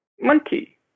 monkey